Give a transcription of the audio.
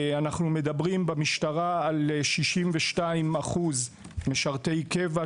אנחנו מדברים במשטרה על 62% משרתי קבע,